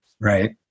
Right